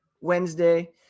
Wednesday